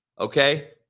okay